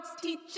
teach